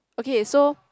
okay so